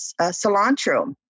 cilantro